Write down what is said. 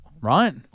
Right